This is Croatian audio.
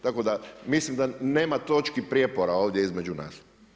Tako da mislim da nema točki prijepora ovdje između nas.